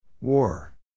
War